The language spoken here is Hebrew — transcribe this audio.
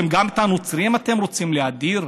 גם את הנוצרים רוצים להדיר?